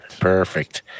Perfect